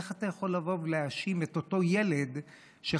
איך אתה יכול לבוא ולהאשים את אותו ילד שחלילה